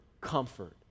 comfort